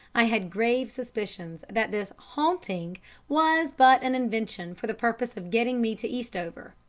i had grave suspicions that this haunting was but an invention for the purpose of getting me to eastover.